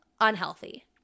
unhealthy